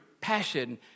passion